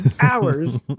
hours